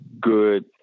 good